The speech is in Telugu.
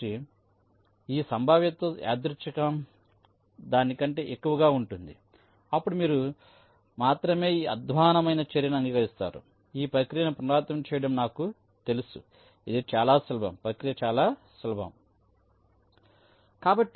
కాబట్టి ఈ సంభావ్యతతో యాదృచ్ఛికం దాని కంటే ఎక్కువగా ఉంటుంది అప్పుడు మీరు మాత్రమే ఈ అధ్వాన్నమైన చర్యను అంగీకరిస్తారుఈ ప్రక్రియను పునరావృతం చేయడం నాకు తెలుసు ఇది చాలా సులభం ప్రక్రియ చాలా సులభం కదా